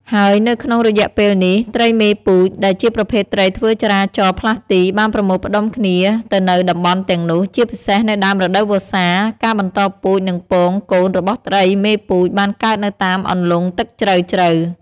ហើយនៅក្នុងរយៈពេលនេះ ត្រីមេពូជ ដែលជាប្រភេទត្រីធ្វើចរាចរផ្លាស់ទី បានប្រមូលផ្តុំគ្នាទៅនៅតំបន់ទាំងនោះ ជាពិសេសនៅដើមរដូវវស្សា ការបន្តពូជ និងពង-កូន របស់ត្រីមេពូជ បានកើតនៅតាមអន្លុងទឹកជ្រៅៗ